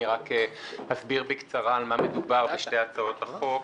אני רק אסביר בקצרה על מה מדובר בשתי הצעות החוק.